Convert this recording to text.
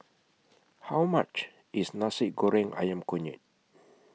How much IS Nasi Goreng Ayam Kunyit